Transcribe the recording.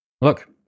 Look